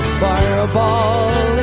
fireball